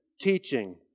teaching